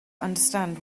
understand